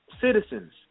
citizens